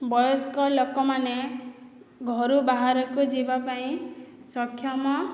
ବୟସ୍କ ଲୋକମାନେ ଘରୁ ବାହାରକୁ ଯିବାପାଇଁ ସକ୍ଷମ